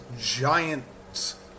giants